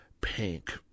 pink